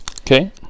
Okay